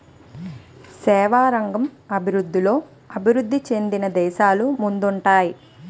సేవల రంగం అభివృద్ధిలో అభివృద్ధి చెందిన దేశాలు ముందుంటాయి